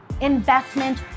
investment